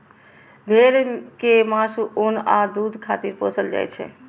भेड़ कें मासु, ऊन आ दूध खातिर पोसल जाइ छै